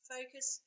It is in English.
Focus